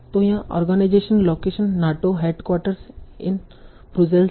तों यहाँ organisation location NATO headquarters in Brussels है